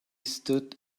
stood